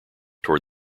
toward